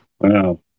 Wow